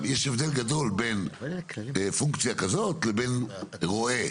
יש הבדל גדול בין פונקציה כזאת לבין רועה.